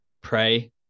pray